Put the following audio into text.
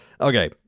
Okay